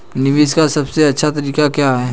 निवेश का सबसे अच्छा तरीका क्या है?